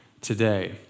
today